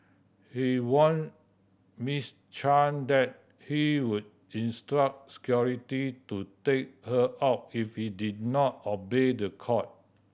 he warned Miss Chan that he would instruct security to take her out if she did not obey the court